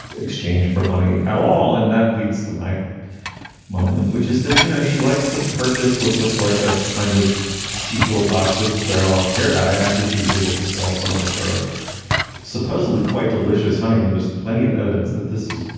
exchange for money at all. and that leads to my moment, which is that, you know, she likes to purchase what looks like a kind of cheap little box of clairol hair dye after she's able to sell some of her supposedly quite delicious honey. and there's plenty of evidence that this is